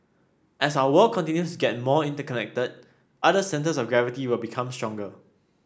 as our world continues to get more interconnected other centres of gravity will become stronger